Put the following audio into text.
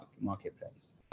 marketplace